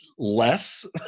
less